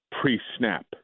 pre-snap